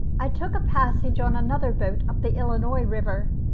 i took a passage on another boat up the illinois river.